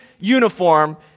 uniform